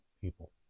people